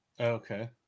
Okay